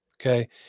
okay